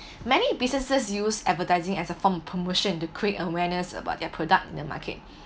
many businesses use advertising as a form promotion to create awareness about their product in the market